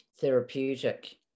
therapeutic